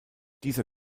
dieser